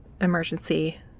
emergency